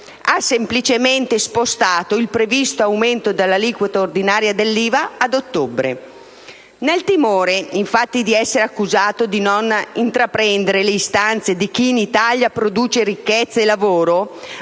Ha semplicemente spostato il previsto aumento dell'aliquota ordinaria dell'IVA ad ottobre. Nel timore, infatti, di essere accusato di non intraprendere le istanze di chi in Italia produce ricchezza e lavoro